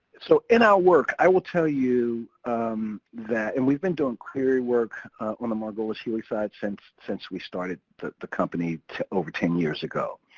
so in our work i will tell you that, and we've been doing clery work on the margolis healy side since since we started the the company over ten years ago.